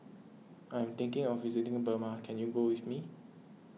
I am thinking of visiting Burma can you go with me